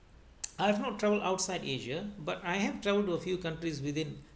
I have not travel outside asia but I have flown to a few countries within